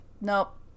Nope